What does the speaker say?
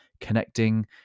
connecting